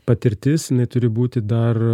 patirtis jinai turi būti dar